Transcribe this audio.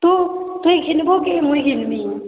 ହଁ ତୁଇ କିନିବୁ କି ମୁଇଁ କିନିମି